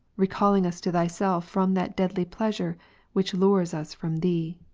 recalling us to thyself from that deadly pleasure which lures us from thee.